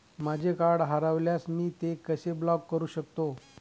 माझे कार्ड हरवल्यास मी ते कसे ब्लॉक करु शकतो?